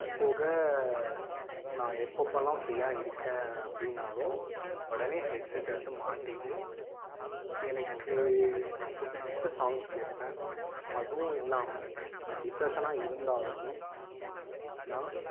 அது போக நான் எப்பப்பெல்லாம் ஃபிரீயாக இருக்கேன் அப்படின்னாலும் உடனே ஹெட்செட் எடுத்து மாட்டிகிட்டு எனக்கு பிடிச்ச சாங்ஸ் கேட்பேன் அதுவும் இல்லாமல் நான் டிப்ரஸ்சனாக இருந்தாலுமே நான்